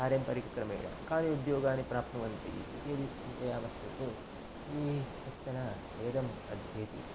पारम्परिकक्रमेण कान् उद्योगान् प्राप्नुवन्ति इति यदि चिन्तयामश्चेत् यदि कश्चन वेदम् अध्येति